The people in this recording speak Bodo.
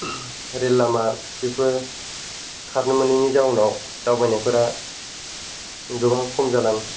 रेल लामा बेफोर खारनो मोनैनि जाउनाव दावबायनायफोरा गोबां खम जादों